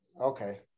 okay